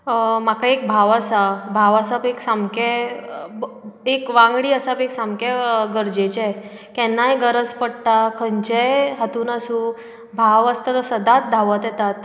म्हाका एक भाव आसा भाव आसप एक सामकें एक वांगडी आसप एक सामकें गरजेचें केन्नाय गरज पडटा खंयचेय हातून आसूं भाव आसता तो सदांच धांवत येतात